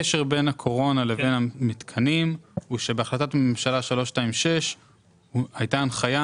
הקשר בין הקורונה לבין המתקנים הוא שבהחלטת ממשלה 326 הייתה הנחיה